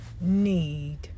need